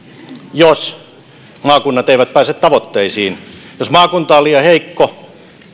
jos maakunnat eivät pääse tavoitteisiin jos maakunta on liian heikko